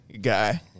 guy